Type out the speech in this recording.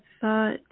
thought